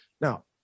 now